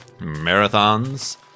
marathons